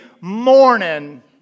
morning